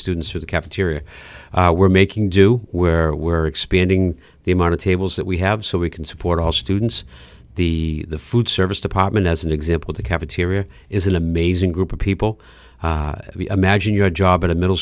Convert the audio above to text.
students or the cafeteria were making do where were expanding the amount of tables that we have so we can support all students the food service department as an example the cafeteria is an amazing group of people imagine your job in the middle